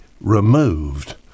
removed